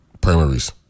primaries